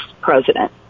president